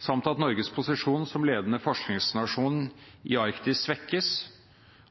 samt at Norges posisjon som ledende forskningsnasjon i Arktis svekkes,